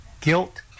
guilt